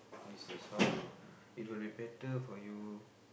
this is how you it'll be better for you